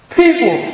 people